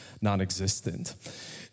non-existent